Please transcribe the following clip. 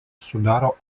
sudaro